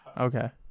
Okay